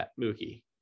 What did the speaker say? Mookie